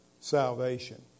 salvation